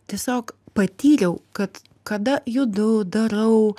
tiesiog patyriau kad kada judu darau